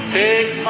take